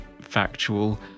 factual